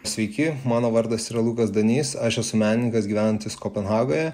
sveiki mano vardas yra lukas danys aš esu menininkas gyvenantis kopenhagoje